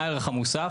מה הערך המוסף?